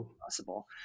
possible